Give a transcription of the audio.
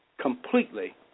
completely